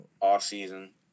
off-season